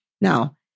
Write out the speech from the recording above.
Now